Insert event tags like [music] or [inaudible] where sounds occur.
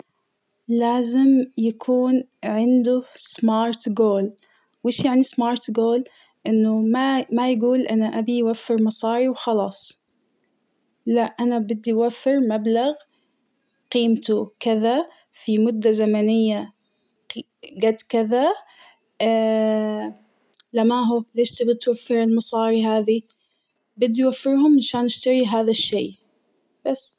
لآزم يكون عنده سمارت جول ،وش يعني سمارت جول ،إنه ما يقول أنا أبي وفر مصارى وخلاص ،لأ أنا بدي وفر مبلغ قيمته كذا في مدة زمنية قد كذا [hesitation] ،لما هو ليش تبى توفرالمصاري هذى ، بدى أوفرهم منشان اشترى شيء هذا الشيء بس.